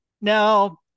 Now